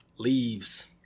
Leaves